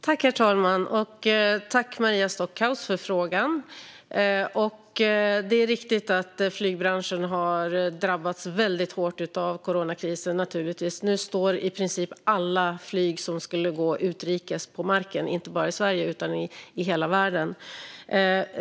Herr talman! Tack, Maria Stockhaus, för frågan! Det är naturligtvis riktigt att flygbranschen har drabbats väldigt hårt av coronakrisen. Nu står i princip alla flyg som skulle gå utrikes på marken, inte bara i Sverige utan i hela världen.